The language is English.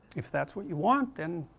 if that's what you want then,